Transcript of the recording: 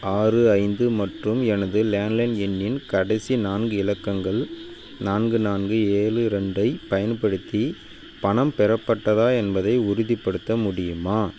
ஆறு ஐந்து மற்றும் எனது லேண்ட்லைன் எண்ணின் கடைசி நான்கு இலக்கங்கள் நான்கு நான்கு ஏழு ரெண்டை பயன்படுத்தி பணம் பெறப்பட்டதா என்பதை உறுதிப்படுத்த முடியுமா